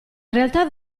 realtà